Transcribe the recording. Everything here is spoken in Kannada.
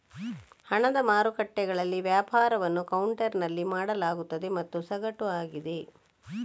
ಹಣದ ಮಾರುಕಟ್ಟೆಗಳಲ್ಲಿ ವ್ಯಾಪಾರವನ್ನು ಕೌಂಟರಿನಲ್ಲಿ ಮಾಡಲಾಗುತ್ತದೆ ಮತ್ತು ಸಗಟು ಆಗಿದೆ